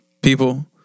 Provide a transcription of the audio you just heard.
people